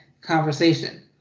conversation